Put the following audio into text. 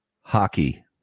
hockey